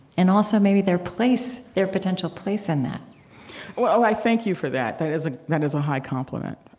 and also maybe their place their potential place in that well, i thank you for that. that is a that is a high compliment.